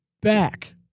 back